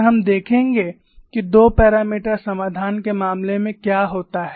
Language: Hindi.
और हम देखेंगे कि 2 मापदण्ड समाधान के मामले में क्या होता है